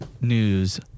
News